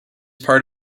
part